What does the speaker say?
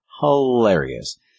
hilarious